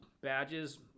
Badges